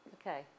Okay